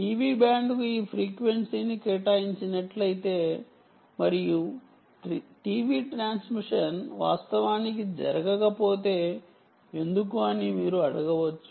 TV బ్యాండ్కు ఈ ఫ్రీక్వెన్సీని కేటాయించినట్లయితే మరియు టీవీ ట్రాన్స్మిషన్ వాస్తవానికి జరగకపోతే ఎందుకు అని మీరు అడగవచ్చు